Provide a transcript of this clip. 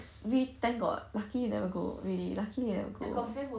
is really thank god lucky you never go really lucky you never go